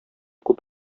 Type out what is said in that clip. күп